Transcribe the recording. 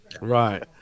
Right